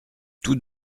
tous